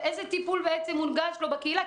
ואיזה טיפול הונגש לו בקהילה,